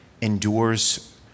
endures